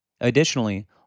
Additionally